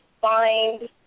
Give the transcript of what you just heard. find